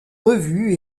revues